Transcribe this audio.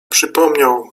przypomniał